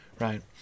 Right